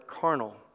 carnal